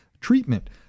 treatment